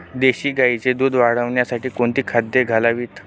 देशी गाईचे दूध वाढवण्यासाठी कोणती खाद्ये द्यावीत?